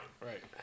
right